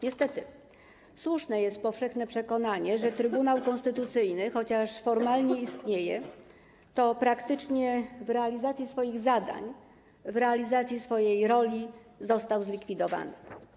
Niestety, słuszne jest powszechne przekonanie, że Trybunał Konstytucyjny, chociaż formalnie istnieje, to praktycznie, jeżeli chodzi o realizację swoich zadań, odgrywanie swojej roli, został zlikwidowany.